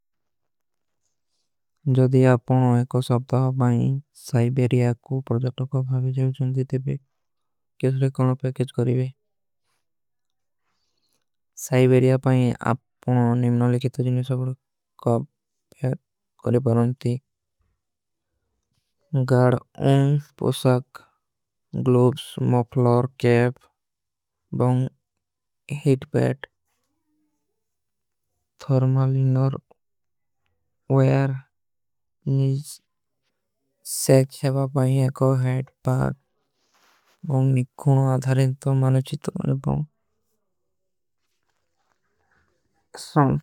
ଜଦୀ ଆପକା ଏକ ଶବ୍ଦା ହୋ ବାଇଂ ସାଇବେରିଯା କୋ ପରଜାଟୋ। କୋ ଭାଵେଜେଵ ଚୁନ ଦେତେ ଭେ କ୍ଯୋଂସରେ କୌନୋଂ ପୈକେଜ କରୀବେ। ସାଇବେରିଯା ପାଇଂ ଆପକା ନିମନାଲେ କେତା ଜୀନେ ସବର କବ। ପ୍ଯାର କରେ ବାରୋଂତୀ। ଗାଡ ଉଂସ, ପୂସାକ, ଗ୍ଲୋବ୍ସ, ମୌଫଲର, କେପ, ବଂଗ। ହିଟ ବୈଟ। ଥର୍ମାଲିନର ଓଯାର ନୀଜ ସେଖ ହୈ ବାଇଂ ଏକୋ ହୈଟ ପାଡ। ବଂଗ ନିକ୍କୋନୋଂ ଆଧାରେଂତୋଂ ମାନଚୀତୋଂ ବଂଗ କସମ।